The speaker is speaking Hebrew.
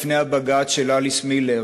לפני הבג"ץ של אליס מילר